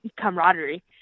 camaraderie